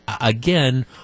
again